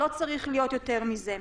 לא צריך להיות יותר מזה.